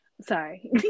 Sorry